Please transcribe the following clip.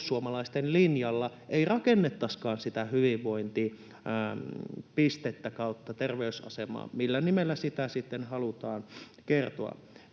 perussuomalaisten linjalla ei rakennettaisikaan sitä hyvinvointipistettä/terveysasemaa, millä nimellä siitä sitten halutaan kertoa.